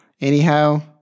Anyhow